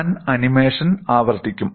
ഞാൻ ആനിമേഷൻ ആവർത്തിക്കും